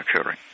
occurring